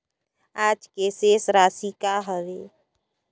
आज के शेष राशि का हवे?